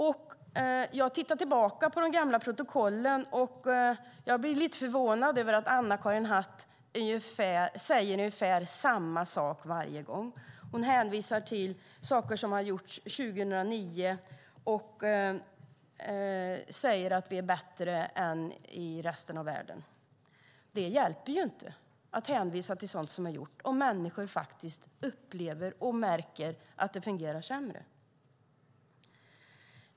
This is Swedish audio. Jag har tittat tillbaka i de gamla protokollen, och jag har blivit förvånad över att Anna-Karin Hatt har sagt ungefär samma sak varje gång. Hon har hänvisat till saker som har gjorts 2009, och hon säger att Sverige är bättre än resten av världen. Det hjälper inte att hänvisa till sådant som har gjorts om människor upplever att det fungerar sämre.